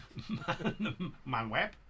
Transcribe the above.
Manweb